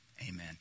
amen